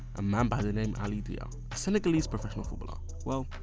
a man by the name ali dia. a senegalese professional footballer. well,